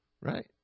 Right